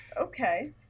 Okay